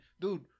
dude